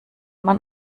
man